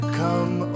come